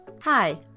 Hi